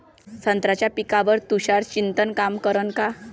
संत्र्याच्या पिकावर तुषार सिंचन काम करन का?